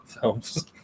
Films